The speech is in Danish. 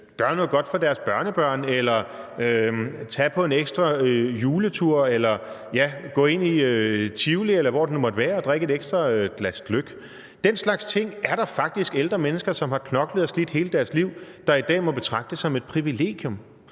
gøre noget godt for deres børnebørn eller tage på en ekstra juletur eller gå ind i Tivoli, eller hvor det nu måtte være, og drikke et ekstra glas gløgg. Den slags ting er der faktisk ældre mennesker, som har knoklet hele deres liv, som i dag må betragte som et privilegium.